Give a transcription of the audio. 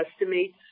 estimates